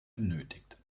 benötigt